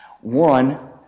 One